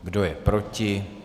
Kdo je proti?